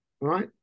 Right